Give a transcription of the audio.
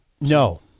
No